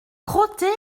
crottées